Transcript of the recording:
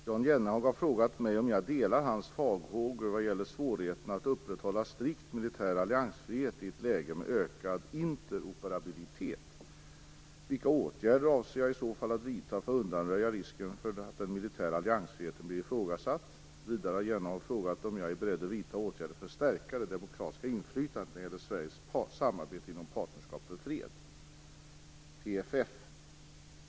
Herr talman! Jan Jennehag har frågat mig om jag delar hans farhågor vad gäller svårigheterna att upprätthålla strikt militär alliansfrihet i ett läge med ökad interoperabilitet. Vilka åtgärder avser jag i så fall att vidta för att undanröja risken för att den militära alliansfriheten blir ifrågasatt? Vidare har Jennehag fråga om jag är beredd att vidta åtgärder för att stärka det demokratiska inflytandet när det gäller Sveriges samarbete inom Partnerskap för fred, PFF.